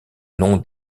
nom